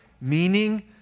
meaning